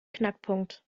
knackpunkt